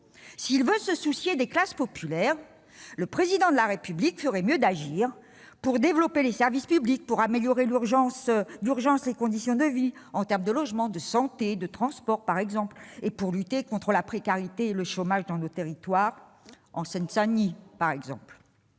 S'il voulait se soucier des classes populaires, le Président de la République ferait mieux d'agir pour développer les services publics, pour améliorer d'urgence les conditions de vie, en termes de logement, de santé, de transports par exemple, et pour lutter contre la précarité et le chômage dans nos territoires, notamment en Seine-Saint-Denis. Je